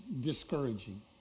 discouraging